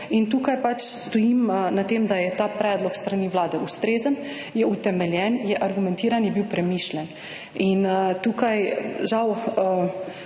in tukaj pač stojim na tem, da je ta predlog s strani Vlade ustrezen, je utemeljen, je argumentiran in je bil premišljen in tukaj žal